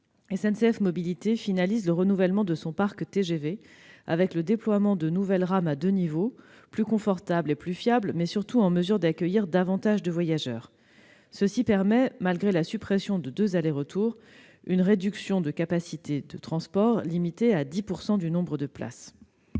SNCF Mobilités finalise le renouvellement de son parc TGV, avec le déploiement de nouvelles rames à deux niveaux, plus confortables, plus fiables et, surtout, en mesure d'accueillir davantage de voyageurs. Ce qui permet, malgré la suppression de deux allers-retours, une réduction de capacité de transport limitée à 10 % du nombre de places.